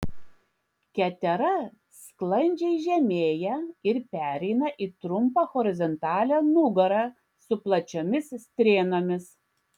ketera sklandžiai žemėja ir pereina į trumpą horizontalią nugarą su plačiomis strėnomis